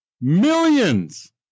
Millions